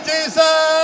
Jesus